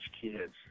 kids